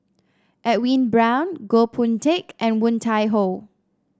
Edwin Brown Goh Boon Teck and Woon Tai Ho